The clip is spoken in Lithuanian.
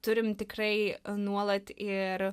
turim tikrai nuolat ir